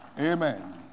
Amen